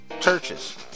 churches